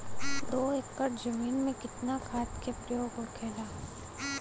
दो एकड़ जमीन में कितना खाद के प्रयोग होखेला?